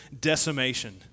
decimation